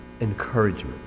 encouragement